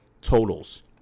totals